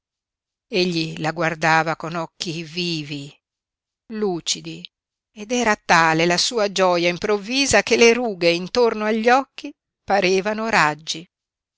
egli la guardava con occhi vivi lucidi ed era tale la sua gioia improvvisa che le rughe intorno agli occhi parevano raggi